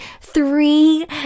three